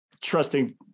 trusting